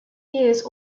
years